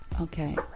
Okay